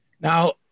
Now